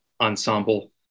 ensemble